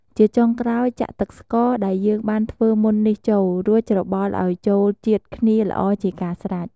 ជាចុងក្រោយ ចាក់ទឹកស្ករដែលយើងបានធ្វើមុននេះចូល រួចច្របល់ឱ្យចូលជាតិគ្នាល្អជាការស្រេច។